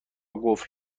قفل